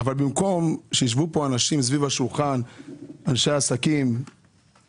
אבל לא יכול להיות שישבו פה אנשי עסקים מהתעשייה,